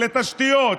לתשתיות,